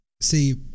see